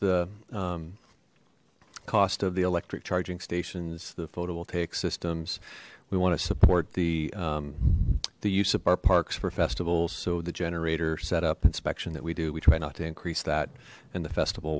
the cost of the electric charging stations the photovoltaic systems we want to support the the use of our parks for festivals so the generator set up inspection that we do we try not to increase that and the festival